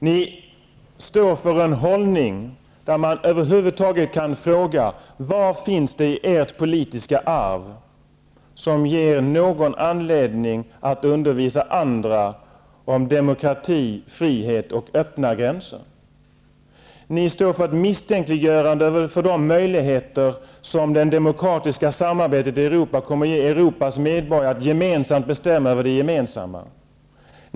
Ni står för en hållning där man över huvud taget kan fråga: Vad finns det i ert politiska arv som ger anledning till att undervisa andra om demokrati, frihet och öppna gränser? Ni står för ett misstänkliggörande för de möjligheter som det demokratiska samarbetet i Europa kommer att ge Europas medborgare att gemensamt bestämma över det gemensamma.